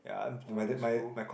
oh that's cool